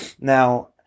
now